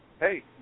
Hey